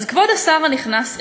כבוד השר הנכנס אלקין,